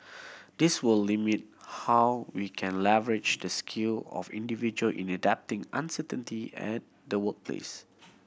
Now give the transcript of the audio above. this will limit how we can leverage the skill of individual in adapting uncertainty at the workplace